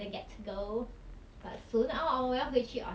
ya !wah! 真的 I was like in a dream